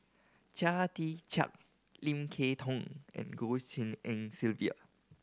Chia Tee Chiak Lim Kay Tong and Goh Tshin En Sylvia